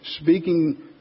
speaking